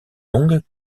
longues